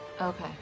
Okay